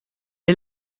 est